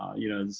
you know, as